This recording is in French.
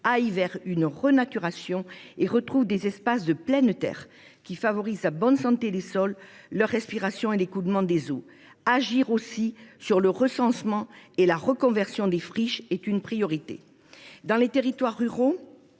aillent vers une renaturation et retrouvent des espaces de pleine terre qui favorisent la bonne santé des sols, leur respiration et l’écoulement des eaux. Le recensement et la reconversion des friches apparaissent aussi comme une priorité. Dans les territoires ruraux,